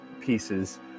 pieces